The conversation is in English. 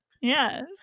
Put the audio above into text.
Yes